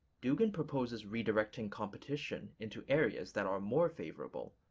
dugin proposes redirecting competition into areas that are more favorable,